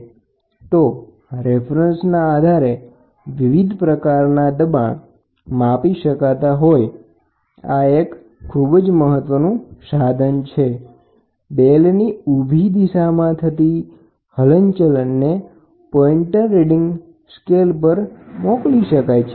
આ પ્રકારનું મેનોમીટર બેલના રેફરન્સ સાઇડના દબાણના આધારે પોઝિટિવ નેગેટીવ એબ્સોલ્યુટ અને દબાણનો તફાવત માપવા માટે સક્ષમ છે બેલની ઉભી દિશામાં થતી હલનચલનને પોઇન્ટર રીડિંગ સ્કેલ ઉપર મોકલી શકાય છે